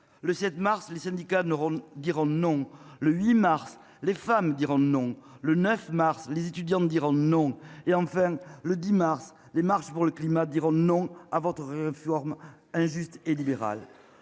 Le 7 mars, les syndicats n'auront d'non le 8 mars, les femmes d'Iran. Non le 9 mars, les étudiants dire Iran non et enfin le 10 mars les marches pour le climat diront non à votre réforme. Injuste et libéral.